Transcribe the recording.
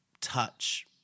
touch